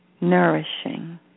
nourishing